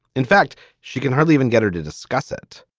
in fact, she can hardly even get her to discuss it.